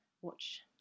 watch